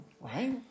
Right